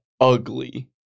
ugly